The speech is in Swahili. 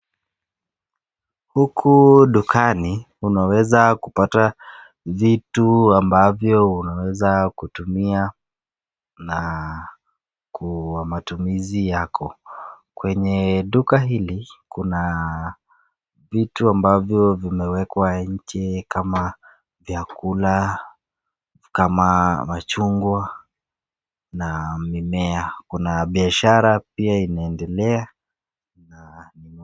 Huku dukani unaweza kupata vitu ambavyo unaeza kutumia Kwa matumizi yako. Kwenye duka hili kuna vitu ambavyo vimeekwa inje kama vyakula kama machungwa na mimea. Kuna biashara pia inaendelea.